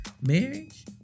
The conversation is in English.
marriage